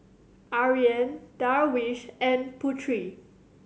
Aryan Darwish and Putri